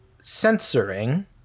censoring